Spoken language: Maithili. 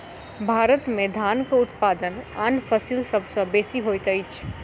भारत में धानक उत्पादन आन फसिल सभ सॅ बेसी होइत अछि